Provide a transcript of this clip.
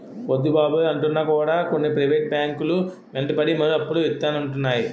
వద్దు బాబోయ్ అంటున్నా కూడా కొన్ని ప్రైవేట్ బ్యాంకు లు వెంటపడి మరీ అప్పులు ఇత్తానంటున్నాయి